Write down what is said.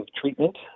treatment